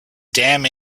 damn